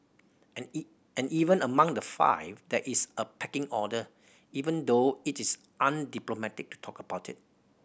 and and even among the five there is a pecking order even though it is undiplomatic to talk about it